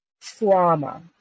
trauma